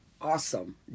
Awesome